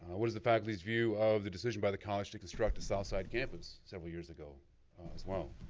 what is the faculty's view of, the decision by the college to construct a south side campus several years ago as well?